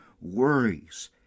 worries